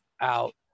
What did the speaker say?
out